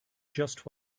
just